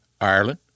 Ireland